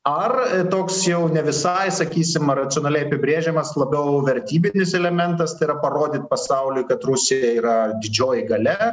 ar toks jau ne visai sakysim racionaliai apibrėžiamas labiau vertybinis elementas tai yra parodyt pasauliui kad rusija yra didžioji galia